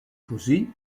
così